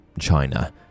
China